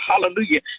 hallelujah